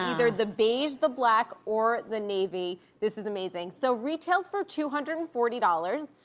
either the beige, the black, or the navy. this is amazing. so retails for two hundred and forty dollars,